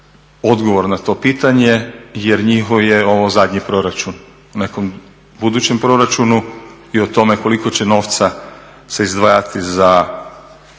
odgovor na to pitanje jer njihov je ovo zadnji proračun. U nekom budućem proračunu i o tome koliko će novca se izdvajati za